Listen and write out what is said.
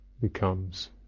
becomes